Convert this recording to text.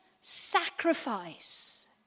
sacrifice